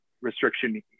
restriction